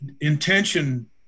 Intention